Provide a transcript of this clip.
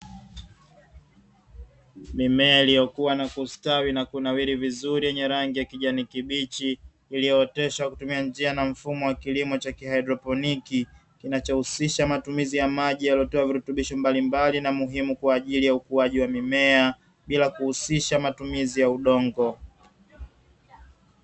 Mimea iliyokuwa na kustawi na kunawiri vizuri yenye rangi ya kijani kibichi, iliyooteshwa kutumia njia na mfumo wa kilimo cha haidroponi, kinachohusisha matumizi ya maji yaliyotoa virutubisho mbalimbali na muhimu kwa ajili ya ukuaji wa mimea bila kuhusisha matumizi ya udongo.